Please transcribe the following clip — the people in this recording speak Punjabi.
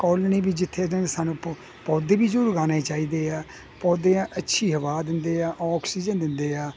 ਕੋਲਣੀ ਵੀ ਜਿੱਥੇ ਸਾਨੂੰ ਪੌਦੇ ਵੀ ਜ਼ਰੂਰ ਲਾਉਣੇ ਚਾਹੀਦੇ ਆ ਪੌਦਿਆਂ ਅੱਛੀ ਹਵਾ ਦਿੰਦੇ ਆ ਆਕਸੀਜਨ ਦਿੰਦੇ ਆ